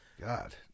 God